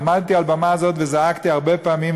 עמדתי על במה זו וזעקתי הרבה פעמים,